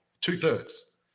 two-thirds